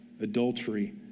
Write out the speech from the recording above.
adultery